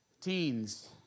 teens